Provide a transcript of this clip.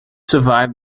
survived